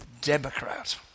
Democrat